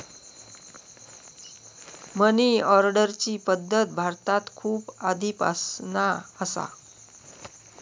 मनी ऑर्डरची पद्धत भारतात खूप आधीपासना असा